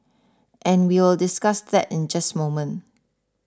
and we'll discuss that in just moment